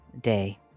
day